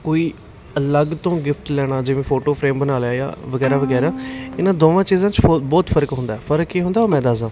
ਕੋਈ ਅਲੱਗ ਤੋਂ ਗਿਫ਼ਟ ਲੈਣਾ ਜਿਵੇਂ ਫੋਟੋ ਫਰੇਮ ਬਣਾ ਲਿਆ ਜਾਂ ਵਗੈਰਾ ਵਗੈਰਾ ਇਹਨਾਂ ਦੋਵਾਂ ਚੀਜ਼ਾਂ 'ਚ ਫੋ ਬਹੁਤ ਫ਼ਰਕ ਹੁੰਦਾ ਫ਼ਰਕ ਕੀ ਹੁੰਦਾ ਉਹ ਮੈਂ ਦੱਸਦਾ